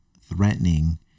threatening